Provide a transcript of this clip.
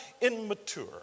immature